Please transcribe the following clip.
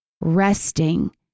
resting